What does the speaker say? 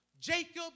Jacob